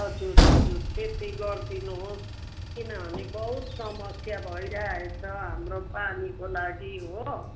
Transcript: हजुर हजुर त्यति गरिदिनुहोस् किनभने बहुत समस्या भइरहेको छ हाम्रो पानीको लागि हो